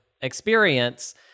experience